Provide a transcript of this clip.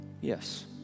yes